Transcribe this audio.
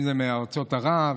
אם זה ארצות ערב,